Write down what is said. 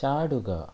ചാടുക